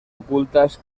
ocultas